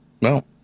No